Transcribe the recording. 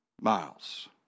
miles